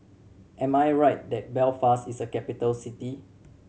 am I right that Belfast is a capital city